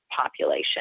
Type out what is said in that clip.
population